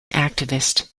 activist